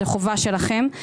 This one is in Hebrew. זו חובה שלכם.